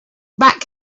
back